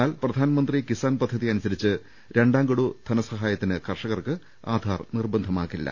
എന്നാൽ പ്രധാൻമന്ത്രി കിസാൻ പദ്ധതി അനുസരിച്ച് രണ്ടാം ഗഡു ധനസഹായത്തിന് കർഷകർക്ക് ആധാർ നിർബന്ധമാക്കില്ല